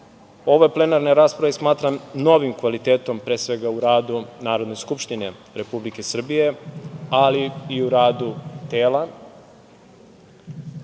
plenarnu raspravu smatram novim kvalitetom, pre svega u radu Narodne skupštine Republike Srbije, ali i u radu tela,